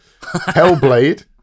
Hellblade